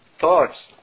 Thoughts